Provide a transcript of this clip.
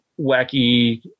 wacky